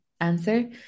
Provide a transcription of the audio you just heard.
answer